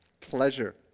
pleasure